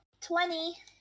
twenty